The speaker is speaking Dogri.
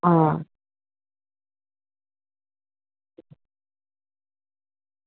आ